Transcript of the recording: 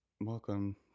Welcome